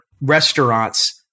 restaurants